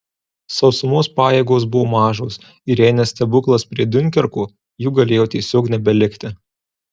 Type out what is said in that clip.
sausumos pajėgos buvo mažos ir jei ne stebuklas prie diunkerko jų galėjo tiesiog nebelikti